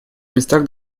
местах